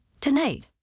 Tonight